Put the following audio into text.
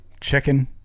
Chicken